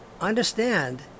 understand